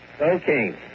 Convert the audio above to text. Okay